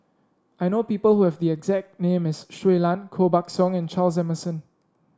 I know people who have the exact name as Shui Lan Koh Buck Song and Charles Emmerson